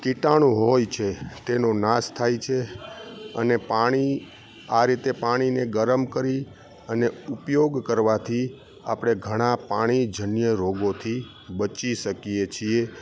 કિટાણું હોય છે તેનો નાશ થાય છે અને પાણી આ રીતે પાણીને ગરમ કરી અને ઉપયોગ કરવાથી આપણે ઘણાં પાણીજન્ય રોગોથી બચી શકીએ છીએ